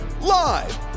live